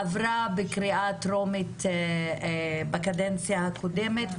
עברה בקריאה טרומית בקדנציה הקודמת.